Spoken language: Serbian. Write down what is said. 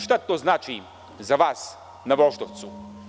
Šta to znači za vas na Voždovcu?